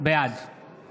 בעד